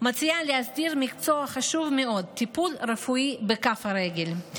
מציעה להסדיר מקצוע חשוב מאוד: טיפול רפואי בכף הרגל.